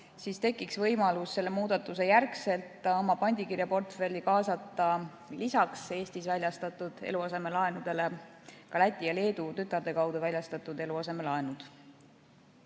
siis tekiks tal selle muudatuse järgselt võimalus oma pandikirjaportfelli kaasata lisaks Eestis väljastatud eluasemelaenudele ka Läti ja Leedu tütarde kaudu väljastatud eluasemelaenud.